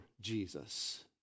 Jesus